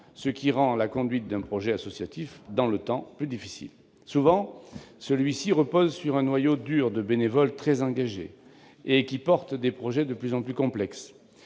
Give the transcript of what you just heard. ce qui rend la conduite d'un projet associatif dans le temps plus difficile. Souvent, celui-ci repose sur un noyau dur de bénévoles très engagés, et les projets sont de plus en plus complexes.